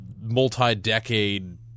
multi-decade